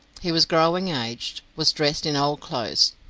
he was growing aged, was dressed in old clothes,